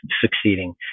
succeeding